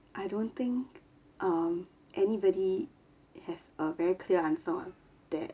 I don't think um anybody have a very clear answer on that